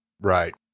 Right